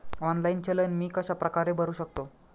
Online चलन मी कशाप्रकारे भरु शकतो?